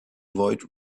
avoid